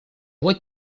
вот